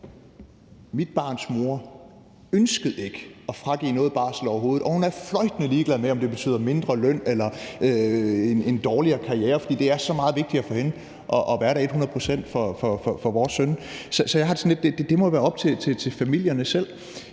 Mit barns mor ønskede ikke at fragive noget barsel overhovedet, og hun er fløjtende ligeglad med, om det betyder mindre løn eller en dårligere karriere, for det er så meget vigtigere for hende at være der et hundrede procent for vores søn. Så jeg har det sådan, at det må være op til familierne selv.